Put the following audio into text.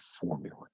formula